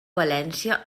valència